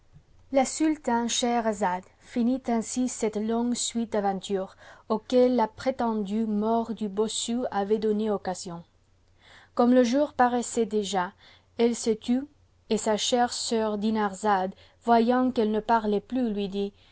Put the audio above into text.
la sultane scheherazade finit ainsi cette longue suite d'aventures auxquelles la prétendue mort du bossu avait donné occasion comme le jour paraissait déjà elle se tut et sa chère sœur dinarzade voyant qu'elle ne parlait plus lui dit